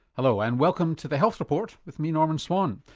hello and welcome to the health report with me norman swan.